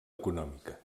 econòmica